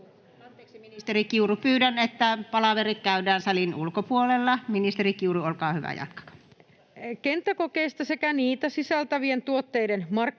Anteeksi, ministeri Kiuru. — Pyydän, että palaverit käydään salin ulkopuolella. — Ministeri Kiuru, olkaa hyvä, jatkakaa. Ja nyt edustaja Harjanne. Arvoisa